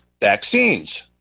vaccines